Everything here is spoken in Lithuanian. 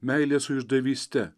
meilės su išdavyste